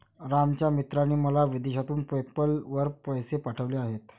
रामच्या मित्राने मला विदेशातून पेपैल वर पैसे पाठवले आहेत